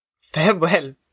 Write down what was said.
Farewell